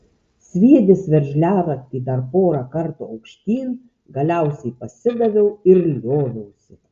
sviedęs veržliaraktį dar pora kartų aukštyn galiausiai pasidaviau ir lioviausi